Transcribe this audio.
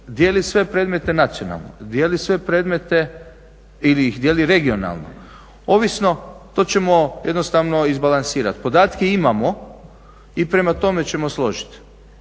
dijeli sve predmete nacionalno, dijeli sve predmete ili ih dijeli regionalno ovisno, to ćemo jednostavno izbalansirati. Podatke imamo i prema tome ćemo složiti.